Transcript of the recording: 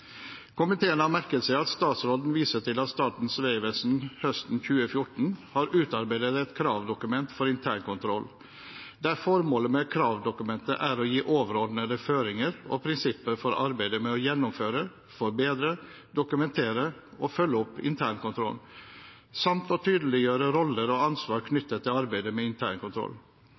Komiteen har merket seg at statsråden viser til at Statens vegvesen høsten 2014 har utarbeidet et kravdokument for internkontroll, der formålet med kravdokumentet er å gi overordnede føringer og prinsipper for arbeidet med å gjennomføre, forbedre, dokumentere og følge opp internkontrollen, samt å tydeliggjøre roller og ansvar